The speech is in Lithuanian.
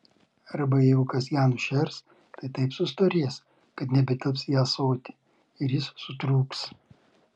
arba jeigu kas ją nušers tai taip sustorės kad nebetilps į ąsotį ir jis sutrūks